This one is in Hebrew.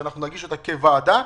שנגיש אותה כוועדה,